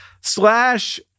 Slash